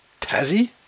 Tassie